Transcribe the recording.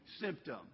symptom